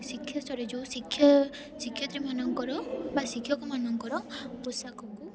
ଶିକ୍ଷାସ୍ତରରେ ଯୋଉ ଶିକ୍ଷା ଶିକ୍ଷୟତ୍ରୀମାନଙ୍କର ବା ଶିକ୍ଷକମାନଙ୍କର ପୋଷାକକୁ